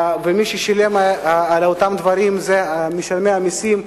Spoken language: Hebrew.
ומי ששילם על אותם דברים הם משלמי המסים,